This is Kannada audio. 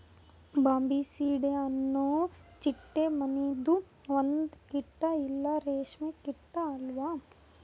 ಬಾಂಬಿಸಿಡೆ ಅನೊ ಚಿಟ್ಟೆ ಮನಿದು ಒಂದು ಕೀಟ ಇಲ್ಲಾ ರೇಷ್ಮೆ ಕೀಟ ಅವಾ